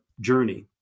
journey